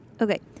Okay